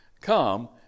Come